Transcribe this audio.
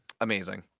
amazing